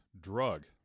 drug